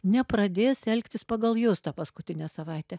nepradės elgtis pagal jus tą paskutinę savaitę